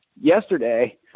yesterday